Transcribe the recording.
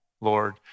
Lord